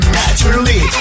naturally